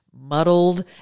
muddled